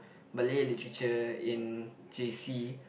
Malay literature in J_C